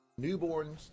Newborns